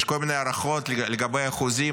יש כל מיני הערכות לגבי האחוזים,